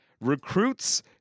recruits